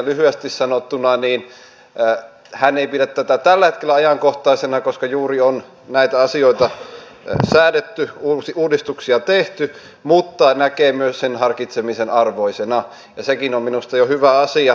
lyhyesti sanottuna hän ei pidä tätä tällä hetkellä ajankohtaisena koska juuri on näitä asioita säädetty uudistuksia tehty mutta näkee myös sen harkitsemisen arvoisena ja sekin jo on minusta hyvä asia